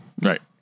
Right